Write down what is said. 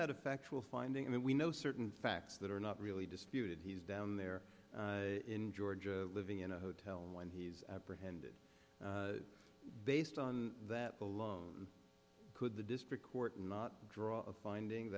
that a factual finding that we know certain facts that are not really disputed he's down there in georgia living in a hotel when he's apprehended based on that alone could the district court not draw a finding